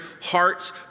hearts